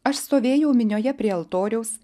aš stovėjau minioje prie altoriaus